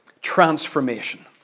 Transformation